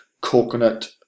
coconut